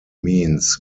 means